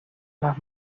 las